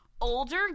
older